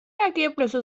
ergebnisse